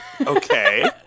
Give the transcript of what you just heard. Okay